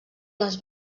les